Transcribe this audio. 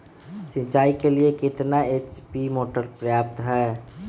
सिंचाई के लिए कितना एच.पी मोटर पर्याप्त है?